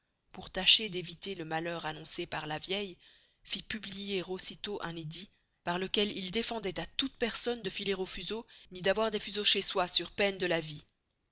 pour tâcher d'éviter le malheur annoncé par la vieille fit publier aussi tost un edit par lequel il deffendoit à toutes personnes de filer au fuseau ny d'avoir des fuseaux chez soy sur peine de la vie